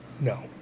No